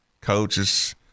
coaches